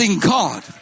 God